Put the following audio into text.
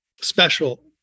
special